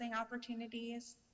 opportunities